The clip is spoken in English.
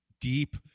deep